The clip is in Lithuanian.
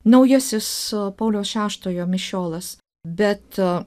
naujasis pauliaus šeštojo mišiolas bet